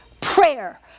prayer